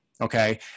okay